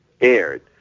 aired